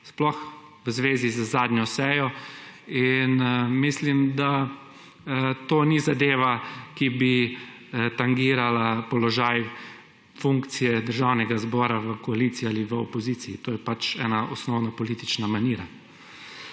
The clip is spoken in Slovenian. sploh v zvezi z zadnjo sejo in mislim, da to ni zadeva, ki bi tangirala položaj funkcije Državnega zbora v koaliciji ali v opoziciji. To je pač ena osnovna politična manira.